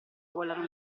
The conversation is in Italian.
volano